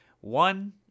One